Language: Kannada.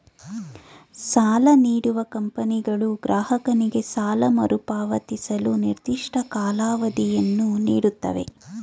ಸಾಲ ನೀಡುವ ಕಂಪನಿಗಳು ಗ್ರಾಹಕನಿಗೆ ಸಾಲ ಮರುಪಾವತಿಸಲು ನಿರ್ದಿಷ್ಟ ಕಾಲಾವಧಿಯನ್ನು ನೀಡುತ್ತವೆ